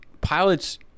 pilots